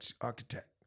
architect